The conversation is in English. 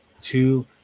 two